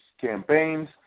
campaigns